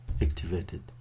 activated